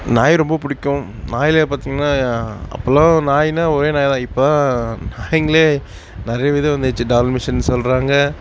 நாய் ரொம்ப பிடிக்கும் நாயிலே பார்த்திங்கன்னா அப்பெலாம் நாய்னால் ஒரே நாய்தான் இப்போ தான் நாய்களே நிறைய விதம் வந்துடுச்சி டால்மிஷன் சொல்கிறாங்க